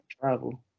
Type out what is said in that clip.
travel